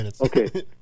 Okay